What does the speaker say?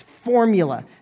Formula